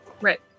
Right